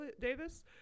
Davis